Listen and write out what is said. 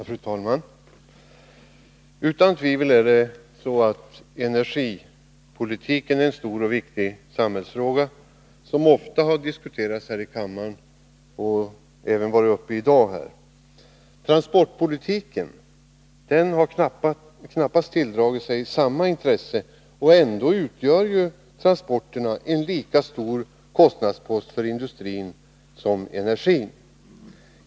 Fru talman! Utan tvivel är energipolitiken en stor och viktig samhällsfråga, som ofta diskuterats här i kammaren och även varit uppe i dag. Transportpolitiken har knappast tilldragit sig samma intresse, och ändå utgör transporterna en lika stor kostnadspost för industrin som energin.